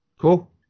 Cool